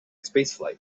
spaceflight